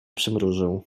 przymrużył